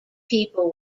people